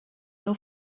nur